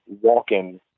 walking